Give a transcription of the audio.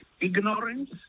ignorance